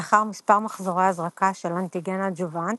לאחר מספר מחזורי הזרקה של אנטיגן-אג'וונט